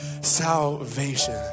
salvation